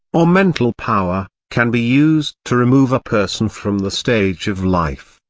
or mental power, can be used to remove a person from the stage of life,